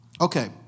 Okay